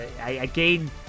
again